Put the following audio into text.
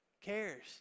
cares